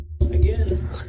Again